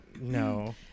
No